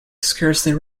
scarcely